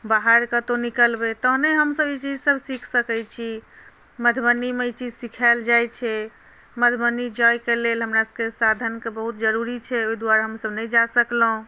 बाहर कतहु निकलबै तहने हमसब ई चीजसब सीखि सकै छी मधुबनीमे ई चीज सिखाएल जाइ छै मधुबनी जाइके लेल हमरासबके साधनके बहुत जरूरी छै ओहि दुआरे हमसब नहि जा सकलहुँ